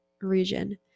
region